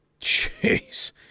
Jeez